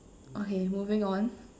okay moving on